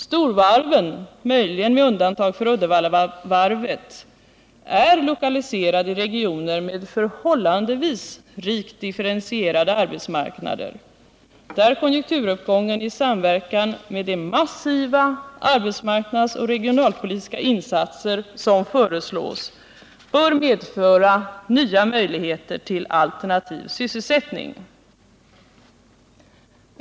Storvarven, möjligen med undantag för Uddevallavarvet, är lokaliserade i regioner med förhållandevis rikt differentierade arbetsmarknader, där konjunkturuppgången i samverkan med de massiva arbetsmarknadsoch regionalpolitiska insatser som föreslås bör medföra nya möjligheter till alternativ sysselsättning.